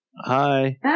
Hi